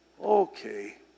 okay